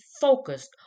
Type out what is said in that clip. focused